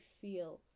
feel